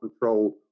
control